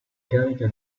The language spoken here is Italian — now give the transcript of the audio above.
carica